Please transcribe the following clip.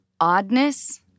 oddness